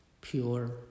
pure